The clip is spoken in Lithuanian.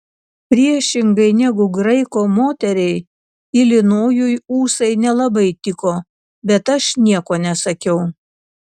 priešingai negu graiko moteriai ilinojui ūsai nelabai tiko bet aš nieko nesakiau